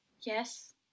Yes